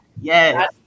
Yes